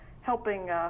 helping